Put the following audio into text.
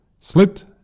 slipped